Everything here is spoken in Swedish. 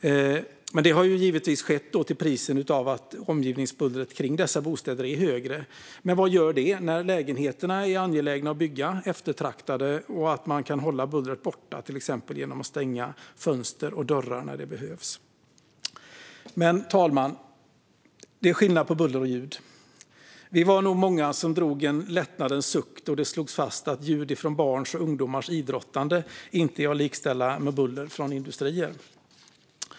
Detta har givetvis skett till priset av att omgivningsbullret kring dessa bostäder är högre. Men vad gör det när lägenheterna är eftertraktade och angelägna att bygga och när man kan hålla bullret borta till exempel genom att stänga fönster och dörrar när det behövs? Fru talman! Det är dock skillnad på buller och ljud. Vi var nog många som drog en lättnadens suck då det slogs fast att ljud från barns och ungdomars idrottande inte är att likställa med buller från industrier.